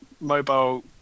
mobile